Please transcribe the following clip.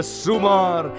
sumar